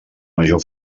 major